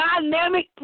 dynamic